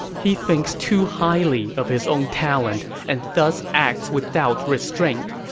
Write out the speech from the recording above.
he thinks too highly of his own talent and thus acts without restraint.